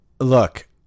Look